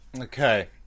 Okay